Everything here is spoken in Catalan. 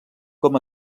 com